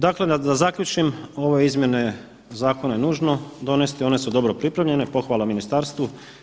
Dakle da zaključim, ove izmjene zakona je nužno donijeti, one su dobro pripremljene, pohvala ministarstvu.